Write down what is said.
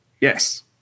Yes